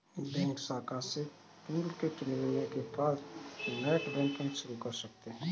bank शाखा से toolkit मिलने के बाद नेटबैंकिंग शुरू कर सकते है